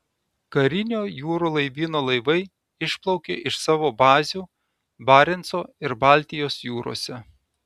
karinio jūrų laivyno laivai išplaukė iš savo bazių barenco ir baltijos jūrose